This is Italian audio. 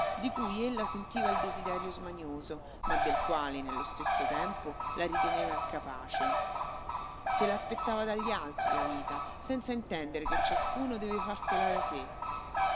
di cui ella sentiva il desiderio smanioso ma del quale nello stesso tempo la riteneva incapace se l'aspettava dagli altri la vita senza intendere che ciascuno deve farsela da sé